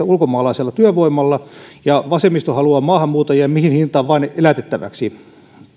ulkomaalaisella työvoimalla ja vasemmisto haluaa maahanmuuttajia mihin hintaan vain elätettäväksi